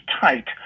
tight